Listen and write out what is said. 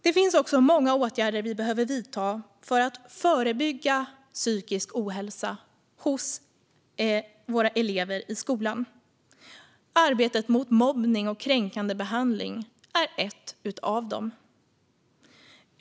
Det finns många åtgärder som vi behöver vidta för att förebygga psykisk ohälsa hos våra elever i skolan. Arbetet mot mobbning och kränkande behandling är en av dem.